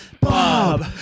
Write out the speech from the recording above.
Bob